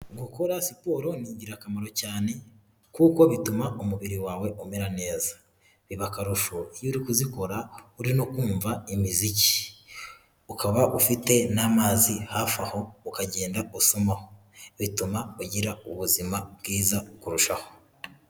Gukora siporo ni ingirakamaro cyane, kuko bituma umubiri wawe umera neza. Biba akarusho iyo uri kuzikora, uri no kumva imiziki. Ukaba ufite n'amazi hafi aho, ukagenda usomaho. Bituma ugira ubuzima bwiza kurushaho.